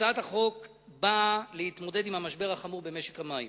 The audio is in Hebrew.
הצעת החוק נועדה להתמודד עם המשבר החמור במשק המים